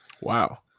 Wow